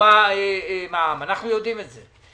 גובה המע"מ אנחנו יודעים את זה.